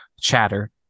chatter